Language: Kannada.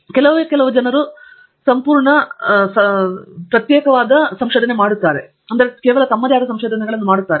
ಆದರೆ ಸಾಮಾನ್ಯವಾಗಿ ನಾವು ಸಂಪೂರ್ಣವಾಗಿ ಪ್ರತ್ಯೇಕಿಸಿ ಜನರನ್ನು ಹೊಂದಿಲ್ಲ ಮತ್ತು ನಂತರ ತಮ್ಮದೇ ಆದ ಸಂಶೋಧನೆಗಳನ್ನು ಮಾಡುತ್ತಿದ್ದೇವೆ